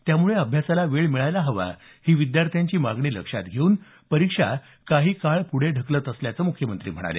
त्यामुळे अभ्यासाला वेळ मिळायला हवा ही विद्यार्थ्यांची मागणी लक्षात घेऊन परीक्षा काही काळ पुढे ढकलत असल्याचं म्ख्यमंत्री म्हणाले